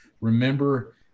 remember –